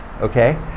okay